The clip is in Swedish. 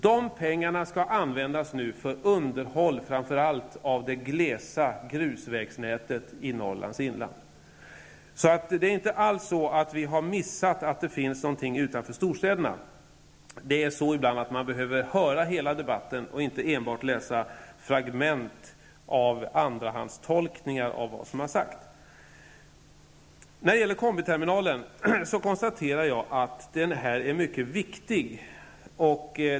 De pengarna skall nu användas för underhåll framför allt av det glesa grusvägsnätet i Norrlands inland. Det är inte alls så, att vi har missat att det finns områden utanför storstäderna. Man behöver ibland höra hela debatten och inte enbart läsa fragment av andrahandstolkningar av vad som har sagts. Jag konstaterar att kombiterminalen är mycket viktig.